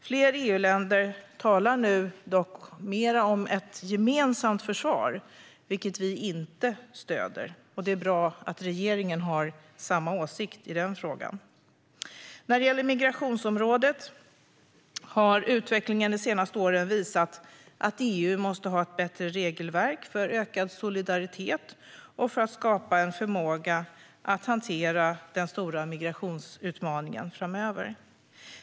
Flera EU-länder talar nu dock mer om ett gemensamt försvar, vilket vi inte stöder. Det är bra att regeringen har samma åsikt i den frågan. När det gäller migrationsområdet har utvecklingen de senaste åren visat att EU måste ha ett bättre regelverk för ökad solidaritet och för att skapa förmåga att hantera migrationsutmaningen framöver.